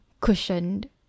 cushioned